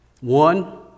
One